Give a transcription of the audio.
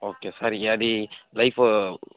okay sir అది life